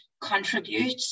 contribute